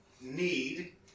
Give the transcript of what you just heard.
need